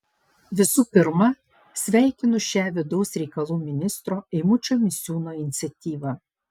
visų pirma sveikinu šią vidaus reikalų ministro eimučio misiūno iniciatyvą